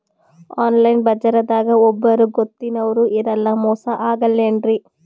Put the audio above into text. Online ಬಜಾರದಾಗ ಒಬ್ಬರೂ ಗೊತ್ತಿನವ್ರು ಇರಲ್ಲ, ಮೋಸ ಅಗಲ್ಲೆನ್ರಿ?